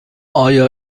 آیا